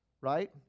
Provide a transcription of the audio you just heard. right